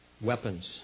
weapons